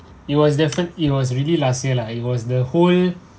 it was defi~ it was really last year lah it was the whole